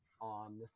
on